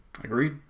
Agreed